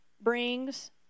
brings